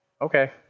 Okay